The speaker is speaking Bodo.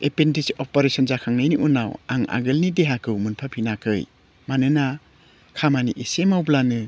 एपेनदिक्स अपारेशन जाखांनायनि उनाव आं आगोलनि देहाखौ मोनफाफिनाखै मानोना खामानि एसे मावब्लानो